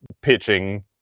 pitching